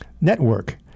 network